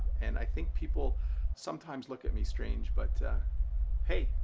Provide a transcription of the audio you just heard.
and i think people sometimes look at me strange. but hey,